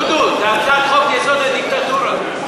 דודו, זה הצעת חוק-יסוד: הדיקטטורה.